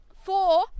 four